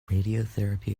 radiotherapy